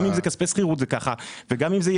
גם אם זה כספי שכירות זה ככה וגם אם זאת תהיה